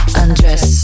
undress